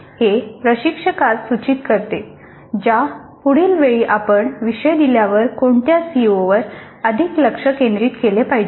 हे प्रशिक्षकास सूचित करते ज्या पुढील वेळी आपण विषय दिल्यावर कोणत्या सीओवर अधिक लक्ष केंद्रित केले पाहिजे